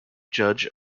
judge